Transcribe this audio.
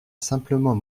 simplement